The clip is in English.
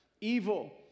evil